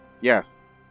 Yes